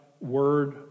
word